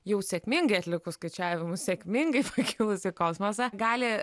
jau sėkmingai atlikus skaičiavimus sėkmingai iškilus į kosmosą gali